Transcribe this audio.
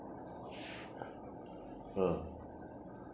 ah